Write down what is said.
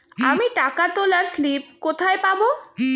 আমি টাকা তোলার স্লিপ কোথায় পাবো?